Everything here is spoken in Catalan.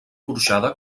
porxada